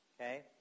okay